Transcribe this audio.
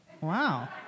Wow